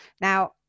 Now